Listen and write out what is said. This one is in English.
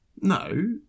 No